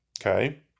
okay